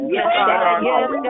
Yes